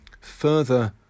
Further